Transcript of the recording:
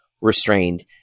restrained